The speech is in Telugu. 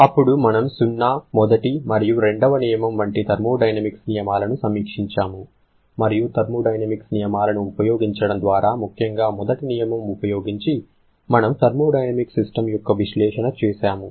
అప్పుడు మనము సున్నా మొదటి మరియు రెండవ నియమం వంటి థర్మోడైనమిక్స్ నియమాలను సమీక్షించాము మరియు థర్మోడైనమిక్స్ నియమాలను ఉపయోగించడం ద్వారా ముఖ్యంగా మొదటి నియమం ఉపయోగించి మనము థర్మోడైనమిక్ సిస్టమ్ యొక్క విశ్లేషణ చేసాము